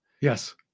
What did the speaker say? Yes